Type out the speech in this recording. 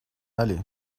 aller